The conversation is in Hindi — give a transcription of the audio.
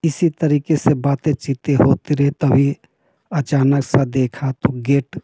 इसी तरीके से बातचीत होती रही तभी अचानक सा देखा तो गेट